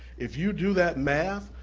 if you do that math,